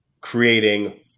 creating